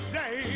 day